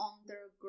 underground